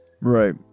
right